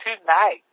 tonight